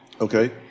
Okay